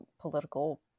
political